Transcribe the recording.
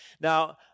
Now